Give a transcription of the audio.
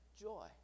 joy